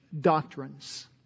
Doctrines